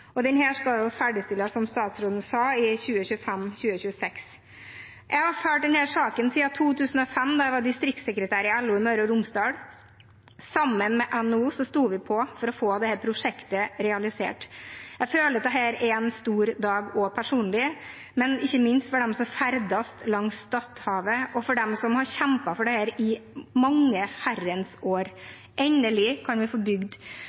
og denne skal ferdigstilles, som statsråden sa, i 2025/2026. Jeg har fulgt denne saken siden 2005, da jeg var distriktssekretær i LO Møre og Romsdal. Sammen med NHO sto vi på for å få dette prosjektet realisert. Jeg føler at dette er en stor dag også personlig, men ikke minst for dem som ferdes langs Stadhavet, og for dem som har kjempet for dette i mange herrens år. Endelig kan vi få bygd